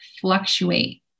fluctuate